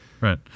right